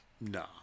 no